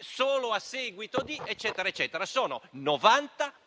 solo a seguito di, eccetera. Sono 90